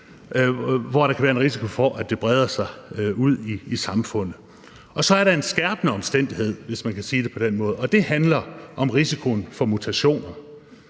hvor der kan være en risiko for, at det breder sig ud i samfundet. Så er der en skærpende omstændighed, hvis man kan sige det på den måde, og det handler om risikoen for mutationer.